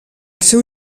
seu